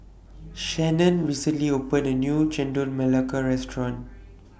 Shannan recently opened A New Chendol Melaka Restaurant